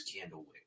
Candlewick